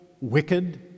wicked